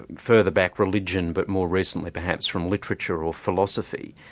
further back, religion, but more recently perhaps from literature or philosophy,